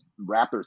Raptors